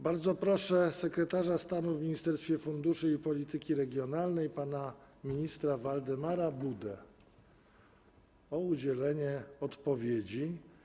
Bardzo proszę sekretarza stanu w Ministerstwie Funduszy i Polityki Regionalnej pana ministra Waldemara Budę o udzielenie odpowiedzi.